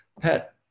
pet